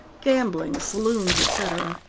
gambling, saloons, etc.